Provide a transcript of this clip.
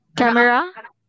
camera